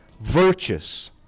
virtuous